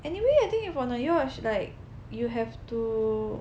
anyway I think if you are on the yacht you have to